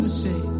say